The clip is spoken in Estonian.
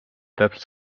täpselt